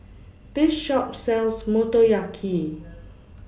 This Shop sells Motoyaki